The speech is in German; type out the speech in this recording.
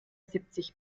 siebzig